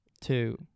Two